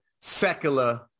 secular